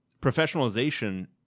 professionalization